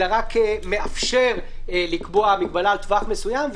אלא רק מאפשר לקבוע מגבלה על טווח מסוים,